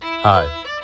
Hi